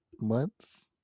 months